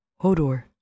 Hodor